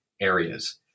areas